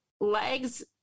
legs